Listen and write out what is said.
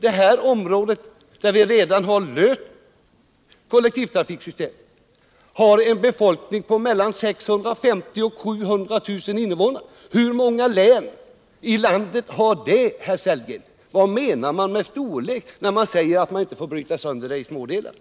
Det här området, där vi redan har fått till stånd ett kollektivtrafiksystem, har en befolkning på mella 650 000 och 700 000 personer. Hur många län i landet har det, Rolf Sellgren? Vad avser man för storlek när man säger att man inte får bryta sönder områdena i små delar?